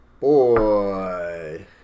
boy